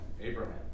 Abraham